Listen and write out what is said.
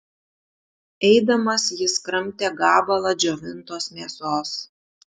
eidamas jis kramtė gabalą džiovintos mėsos